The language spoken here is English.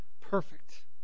perfect